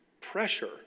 pressure